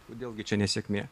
kodėl gi čia nesėkmė